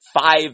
five